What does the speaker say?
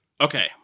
Okay